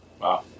Wow